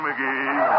McGee